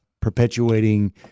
perpetuating